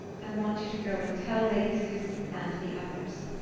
i want you to go and tell lady susan and the others.